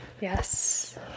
Yes